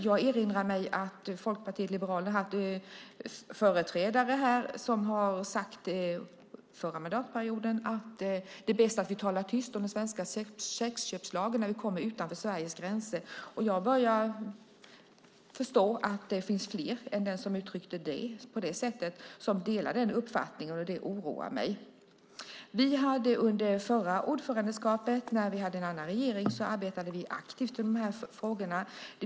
Jag erinrar mig att Folkpartiet liberalerna har haft företrädare här som under förra mandatperioden har sagt att det är bäst att vi talar tyst om den svenska sexköpslagen när vi kommer utanför Sveriges gränser. Jag börjar förstå att det finns fler än den som uttryckte det på det sättet som delar den uppfattningen. Det oroar mig. Under förra ordförandeskapet, när vi hade en annan regering, arbetade vi aktivt med de här frågorna.